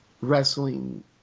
wrestling